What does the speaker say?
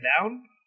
down